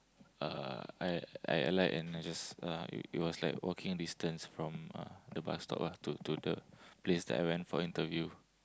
uh I I alight and I just uh it was like walking distance from uh the bus stop ah to to to the place I went for interview